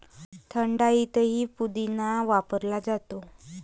थंडाईतही पुदिना वापरला जातो